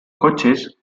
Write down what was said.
coches